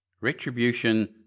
Retribution